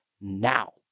now